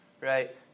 Right